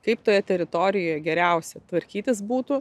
kaip toje teritorijo geriausia tvarkytis būtų